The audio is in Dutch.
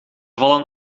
vallen